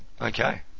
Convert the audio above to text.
Okay